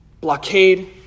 blockade